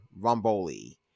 Romboli